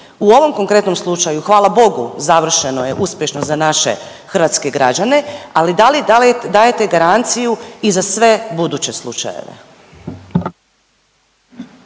U ovom konkretnom slučaju hvala Bogu završeno je uspješno za naše hrvatske građane, ali da dajete garanciju i za sve buduće slučajeve?